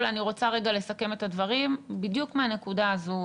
אני רוצה לסכם את הדברים בדיוק מהנקודה הזו,